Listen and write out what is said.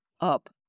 up